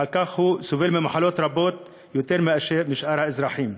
ועל כן הוא סובל ממחלות רבות יותר משאר האזרחים.